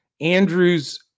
Andrew's